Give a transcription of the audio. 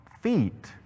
feet